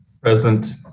Present